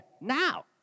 now